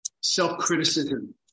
self-criticism